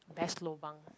best lobang